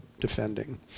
defending